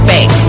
Bank